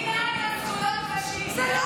נדאג לזכויות נשים, זה מה שנעשה.